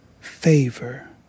favor